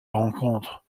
rencontre